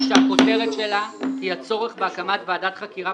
שהכותרת שלה היא: הצורך בהקמת ועדת חקירה